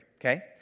okay